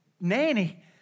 Nanny